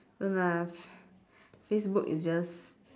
so nah facebook is just